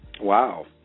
Wow